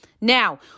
Now